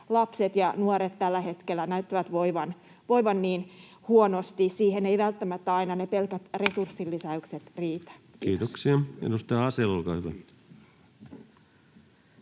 lapset ja nuoret tällä hetkellä näyttävät voivan niin huonosti. Siihen eivät välttämättä aina pelkät resurssilisäykset riitä.